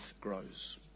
grows